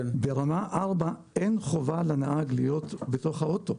ברמה 4 אין חובה על הנהג להיות בתוך האוטו.